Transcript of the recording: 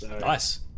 Nice